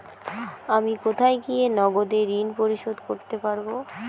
আমি কোথায় গিয়ে নগদে ঋন পরিশোধ করতে পারবো?